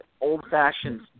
old-fashioned